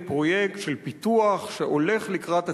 פרויקט של פיתוח שהולך לקראת הציבור,